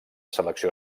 selecció